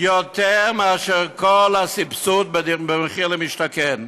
יותר מאשר כל הסבסוד במחיר למשתכן.